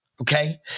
okay